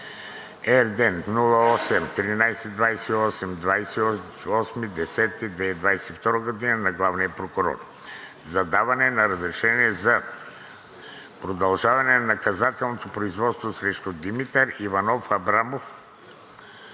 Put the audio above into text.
от 28 октомври 2022 г. на главния прокурор за даване на разрешение за продължаване на наказателното производство срещу Димитър Иванов Аврамов